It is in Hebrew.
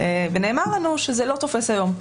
ונאמר לנו שזה לא תופס היום.